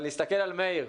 אבל להסתכל על מאיר,